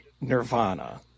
nirvana